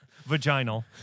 Vaginal